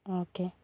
okay